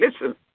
listen